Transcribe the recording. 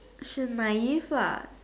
she's my lah